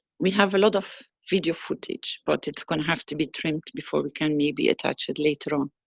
we have a lot of video footage, but it's gonna have to be trimmed, before we can maybe attach it later on.